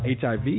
HIV